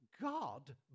God